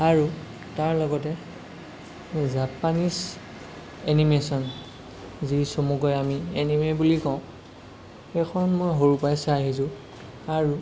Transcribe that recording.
আৰু তাৰ লগতে জাপানিছ এনিমেচন যি চমুকৈ আমি এনিমি বুলি কওঁ সেইখন মই সৰুৰ পৰাই চাই আহিছোঁ আৰু